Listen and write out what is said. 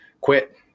quit